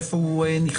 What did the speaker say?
איפה הוא נכנס.